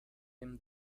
him